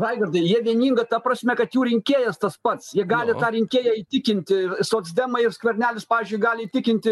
raigardai jie vieninga ta prasme kad jų rinkėjas tas pats jie gali tą rinkėją įtikinti socdemai ir skvernelis pavyzdžiui gali įtikinti